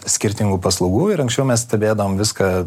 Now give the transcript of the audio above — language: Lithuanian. skirtingų paslaugų ir anksčiau mes stebėdavom viską